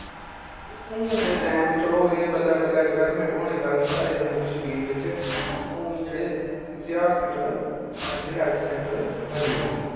हून दे टैम चलो एह् बल्लैं बल्लैं डवैल्लमैंट होने कारन साढ़े जम्मू कश्मीर बिच्च हून जेह्ड़े इत्थे हस्पिटल प्राईमरी हैल्थ सैंटर बनी दे